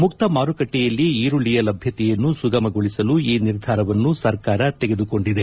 ಮುಕ್ತ ಮಾರುಕಟ್ಟೆಯಲ್ಲಿ ಈರುಳ್ಳಿಯ ಲಭ್ಯತೆಯನ್ನು ಸುಗಮಗೊಳಿಸಲು ಈ ನಿರ್ಧಾರವನ್ನು ಸರ್ಕಾರ ತೆಗೆದುಕೊಂಡಿದೆ